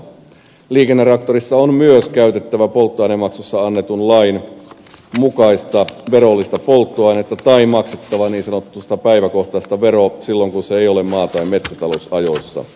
liikennetraktorissa on myös käytettävä polttoainemaksussa annetun lain mukaista verollista polttoainetta tai maksettava niin sanottua päiväkohtaista veroa silloin kun se ei ole maa tai metsätalousajoissa